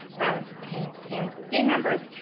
violence at the hands hands of gang members,